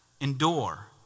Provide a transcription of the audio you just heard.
endure